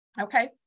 Okay